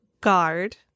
guard